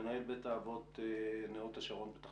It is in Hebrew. מנהל בית אבות נאות השרון בפתח